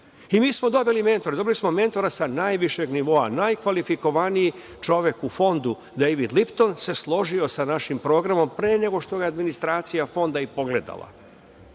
i mi smo dobili mentora sa najvišeg nivoa, najkvalifikovaniji čovek u Fondu Dejvid Lipton se složio sa našim programom pre nego što ga je administracija Fonda i pogledala. Znači,